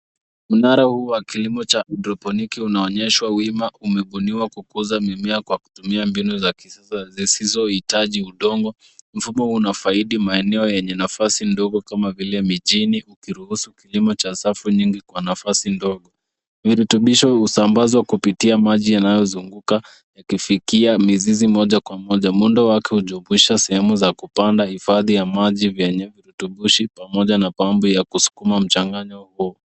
Mnara huu wa kilimo cha haidroponiki unaonyesha wima. Umebuniwa kukuza mimea kwa kutumia mbinu za kisasa zisizohitaji udongo. Mfumo huu unafaidi maeneo yenye nafasi ndogo kama mijini, ukiruhusu kilimo cha safu nyingi kwa nafasi ndogo. Virutubisho husambazwa kupitia maji yanayozunguka yakifikia mzizi moja kwa moja. Muundo wake hujopusha sehemu za kupanda hifadhi ya maji vyenye virutubisho pamoja na pampu ya kusukuma mchanganyo huo.